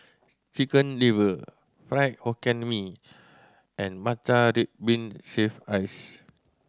Chicken Liver Fried Hokkien Mee and matcha red bean shaved ice